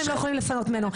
הם לא יכולים לפנות ממנו'.